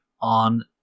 on